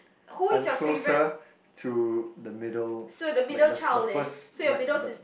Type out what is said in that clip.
I'm closer to the middle like the the first like the